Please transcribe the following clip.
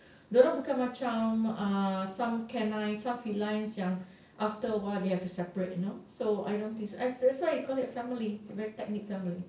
dia orang bukan macam um some canines some felines yang after a while they have to separate you know so I don't think so that's why you call it a family great technique family